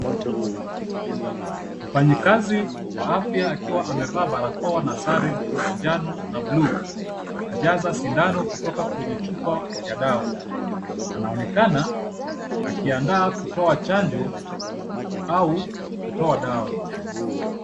Mfanyikazi wa afya akiwa amevaa barakoa na sare ya njano na buluu akijaza sindano kutoka kwenye chupa ya dawa. Anaonekana akiandaa kutoa chanjo au kutoa dawa.